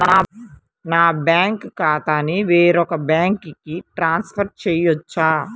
నా బ్యాంక్ ఖాతాని వేరొక బ్యాంక్కి ట్రాన్స్ఫర్ చేయొచ్చా?